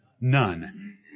None